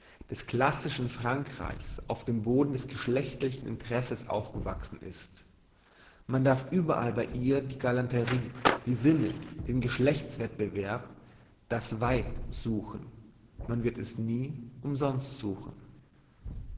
des klassischen frankreichs auf dem boden des geschlechtlichen interesses aufgewachsen ist man darf überall bei ihr die galanterie die sinne den geschlechts wettbewerb das weib suchen man wird nie umsonst suchen